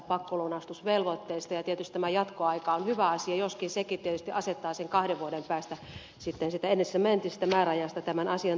tietysti tämä jatkoaika on hyvä asia joskin sekin tietysti asettaa sen kahden vuoden päästä siitä entisestä määräajasta tämän asian todelliseksi